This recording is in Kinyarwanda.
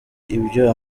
ibyo